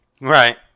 Right